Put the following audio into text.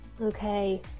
Okay